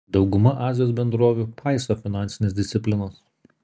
dauguma azijos bendrovių paiso finansinės disciplinos